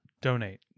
donate